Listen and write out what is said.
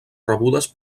rebudes